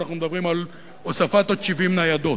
אנחנו מדברים על הוספת עד 70 ניידות.